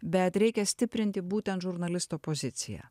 bet reikia stiprinti būtent žurnalisto poziciją